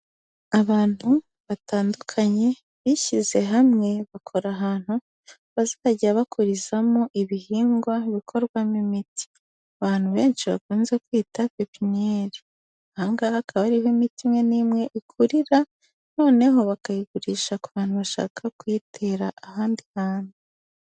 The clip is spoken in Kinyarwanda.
Abantu batandukanye bishyize hamwe bakora ahantu bazajya bakurizamo ibihingwa bikorwamo imiti abantu benshi bakunze kwita pepinnyeri ahangaha akaba ariho imiti imwe n'imwe ikurira noneho bakayigurisha ku bantu bashaka kuyitera ahandi hantu.